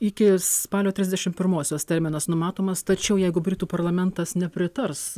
iki spalio trisdešim pirmosios terminas numatomas tačiau jeigu britų parlamentas nepritars